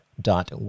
dot